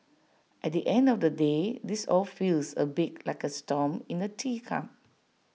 at the end of the day this all feels A bit like A storm in A teacup